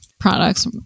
Products